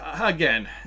again